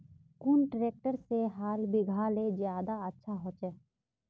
कुन ट्रैक्टर से हाल बिगहा ले ज्यादा अच्छा होचए?